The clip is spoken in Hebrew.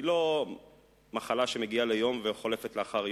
היא לא מחלה שמגיעה ליום וחולפת לאחר יום,